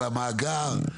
על המאגר,